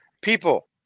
people